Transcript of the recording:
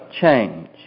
Change